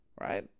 Right